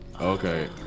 Okay